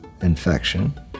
infection